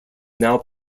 now